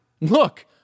Look